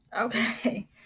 Okay